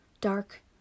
dark